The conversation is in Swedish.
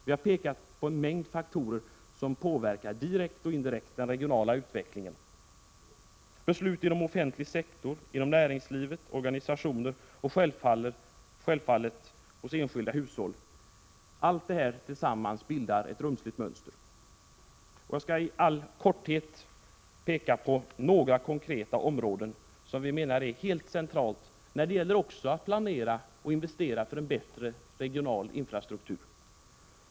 Vi har pekat på en mängd faktorer som direkt och indirekt påverkar den regionala utvecklingen. Beslut inom offentlig sektor, inom näringsliv och organisationer, och självfallet beslut av individer och enskilda hushåll — alla dessa beslut bildar tillsammans ett rumsligt mönster. Jag skall i all korthet peka på några konkreta områden som vi anser vara helt centrala när det gäller att planera och investera för en bättre regional infrastruktur.